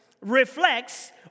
reflects